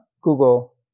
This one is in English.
Google